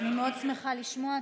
אני מאוד שמחה לשמוע.